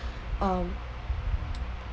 um